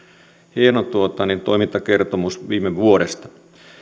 hieno toimintakertomus viime vuodesta